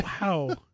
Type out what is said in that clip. wow